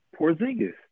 Porzingis